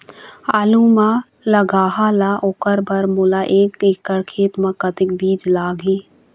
आलू मे लगाहा त ओकर बर मोला एक एकड़ खेत मे कतक बीज लाग ही?